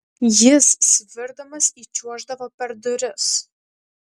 jis svirdamas įčiuoždavo per duris